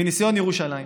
מניסיון ירושלים.